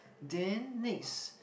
then next